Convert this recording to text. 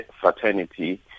fraternity